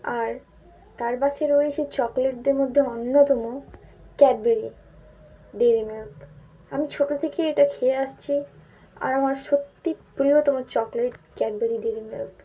আর তার পাশে রয়েছে চকলেটদের মধ্যে অন্যতম ক্যাডবেরি ডেয়ারি মিল্ক আমি ছোটো থেকেই এটা খেয়ে আসছি আর আমার সত্যি প্রিয়তম চকলেট ক্যাডবেরি ডেয়ারি মিল্ক